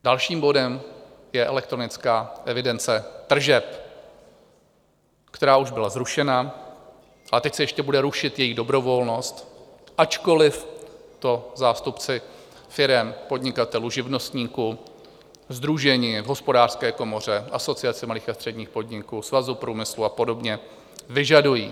Dalším bodem je elektronická evidence tržeb, která už byla zrušena, ale teď se ještě bude rušit její dobrovolnost, ačkoliv to zástupci firem, podnikatelů, živnostníků, sdružení v Hospodářské komoře, Asociaci malých a středních podniků, Svazu průmyslu a podobně, vyžadují.